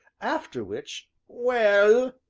after which well!